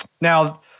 now